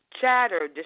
chatter